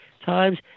times